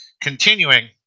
Continuing